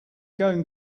going